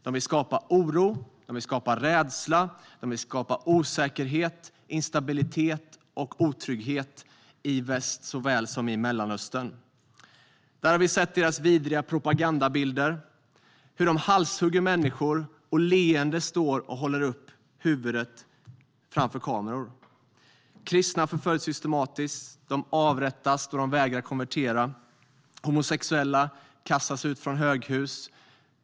De vill skapa oro, rädsla, osäkerhet, instabilitet och otrygghet i väst såväl som i Mellanöstern. Vi har sett deras vidriga propagandabilder. Vi har sett hur de halshugger människor och leende håller upp huvudet framför kameror. Kristna förföljs systematiskt. De avrättas när de vägrar konvertera. Homosexuella kastas ut från höghus.